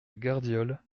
gardiole